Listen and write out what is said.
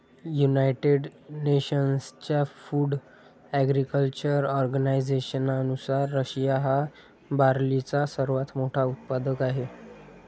United नेशन्सच्या food agriculture ऑर्गनायझेशननुसार, Russia हा बार्लीचा सर्वात मोठा उत्पादक आहे